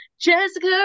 Jessica